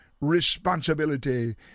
responsibility